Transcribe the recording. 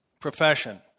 profession